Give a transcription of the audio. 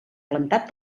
plantat